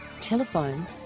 Telephone